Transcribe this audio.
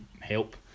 help